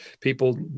people